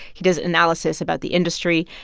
he does analysis about the industry.